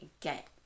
get